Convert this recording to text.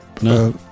No